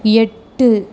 எட்டு